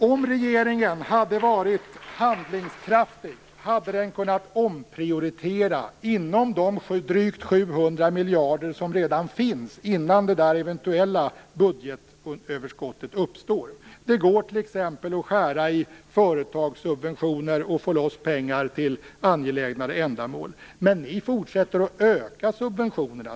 Om regeringen hade varit handlingskraftig hade den kunnat omprioritera inom de drygt 700 miljarder som redan finns innan det eventuella budgetöverskottet uppstår. Det går t.ex. att skära i företagssubventioner och få loss pengar till angelägnare ändamål. Men ni fortsätter att öka subventionerna.